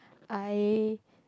I